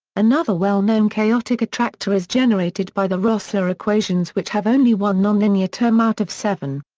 another well-known chaotic attractor is generated by the rossler equations which have only one nonlinear term out of seven.